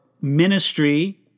ministry